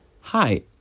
Hi